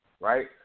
right